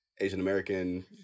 Asian-American